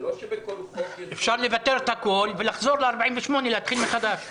זה לא שבכל חוק --- אפשר לבטל את הכול ולחזור ל-1948 ולהתחיל מחדש.